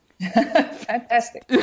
Fantastic